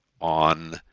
on